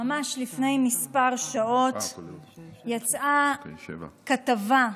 ממש לפני מספר שעות יצאה כתבה,